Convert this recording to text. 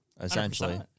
essentially